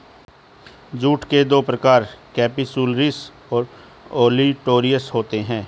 jute के दो प्रकार केपसुलरिस और ओलिटोरियस होते हैं